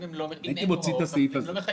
אם אין הוראות אז הן לא מחייבות.